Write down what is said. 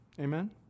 amen